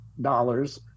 dollars